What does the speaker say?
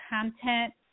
content